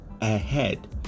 ahead